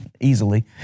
easily